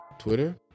twitter